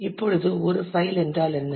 இப்பொழுது ஒரு பைல் என்றால் என்ன